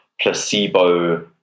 placebo